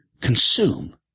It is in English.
consume